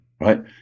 Right